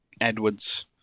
edward's